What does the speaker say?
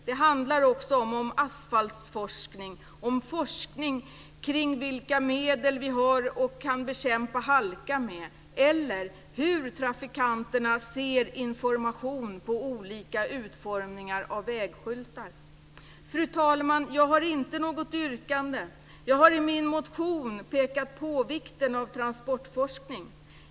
Det handlar också om forskning om asfalt och forskning kring vilka medel som finns för att bekämpa halka eller hur trafikanterna uppfattar informationen beroende på hur vägskyltarna är utformade. Fru talman! Jag har inte något yrkande. Jag har i min motion pekat på vikten av transportforskning.